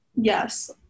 Yes